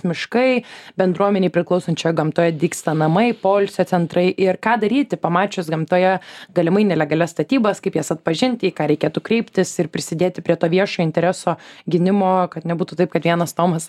miškai bendruomenei priklausančioje gamtoje dygsta namai poilsio centrai ir ką daryti pamačius gamtoje galimai nelegalias statybas kaip jas atpažinti į ką reikėtų kreiptis ir prisidėti prie to viešo intereso gynimo kad nebūtų taip kad vienas tomas